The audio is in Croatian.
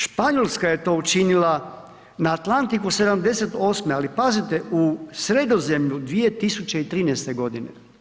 Španjolska je to učinila na Atlantiku '78., ali pazite u Sredozemlju 2013. godine.